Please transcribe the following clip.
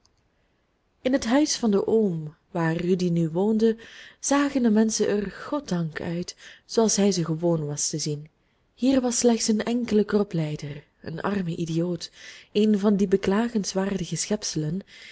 in het huis van den oom waar rudy nu woonde zagen de menschen er goddank uit zooals hij ze gewoon was te zien hier was slechts een enkele kroplijder een arme idioot een van die beklagenswaardige schepselen